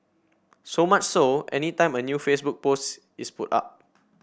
so much so any time a new Facebook post is put up